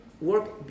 work